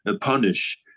punish